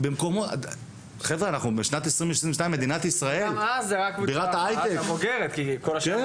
מעבר לתנאים ולשכר, זה כל הנושא של